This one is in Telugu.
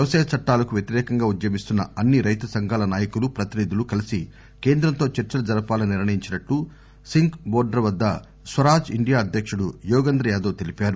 వ్యవసాయ చట్టాలకు వ్యతిరేకంగా ఉద్యమిస్తున్న అన్ని రైతు సంఘాల నాయకులు ప్రతినిధులు కలసి కేంద్రంతో చర్చలు జరపాలని నిర్ణయించినట్లు సింఘ బోర్దర్ వద్ద స్వరాజ్ ఇండియా అధ్యకుడు యోగేంద్ర యాదవ్ తెలిపారు